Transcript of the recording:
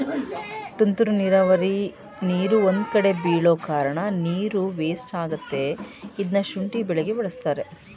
ತುಂತುರು ನೀರಾವರಿ ನೀರು ಒಂದ್ಕಡೆ ಬೀಳೋಕಾರ್ಣ ನೀರು ವೇಸ್ಟ್ ಆಗತ್ತೆ ಇದ್ನ ಶುಂಠಿ ಬೆಳೆಗೆ ಬಳಸ್ತಾರೆ